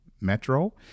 metro